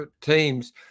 teams